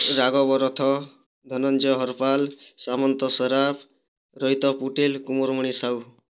Raghab Rath Dhananjay Harpal Samanta Saraf Rohit Patel Kumar Mani Sahu